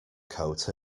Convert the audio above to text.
coat